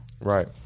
Right